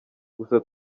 gusa